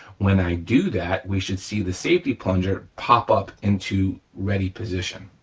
when i do that, we should see the safety plunger pop up into ready position.